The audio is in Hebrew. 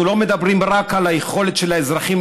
אנחנו לא מדברים רק על היכולת של האזרחים